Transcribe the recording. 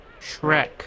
Shrek